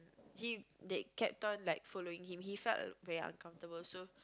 he they kept on like following him he felt uncomfortable so